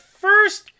first